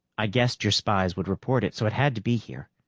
i guessed your spies would report it, so it had to be here.